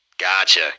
Gotcha